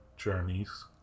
Journeys